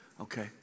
okay